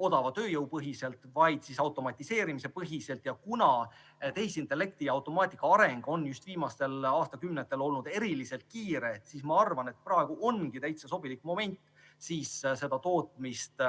odava tööjõu põhiselt, vaid automatiseerimise põhjal. Kuna tehisintellekti ja automaatika areng on just viimastel aastakümnetel olnud eriliselt kiire, siis ma arvan, et praegu ongi täitsa sobilik moment hakata seda tootmist